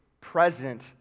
present